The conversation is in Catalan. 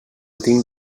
tinc